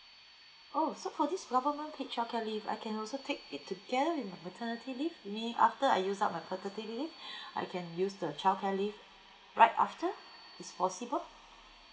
oh so for this government paid childcare leave I can also take it together with my maternity leave mean after I used up my maternity leave I can use the childcare leave right after it's possible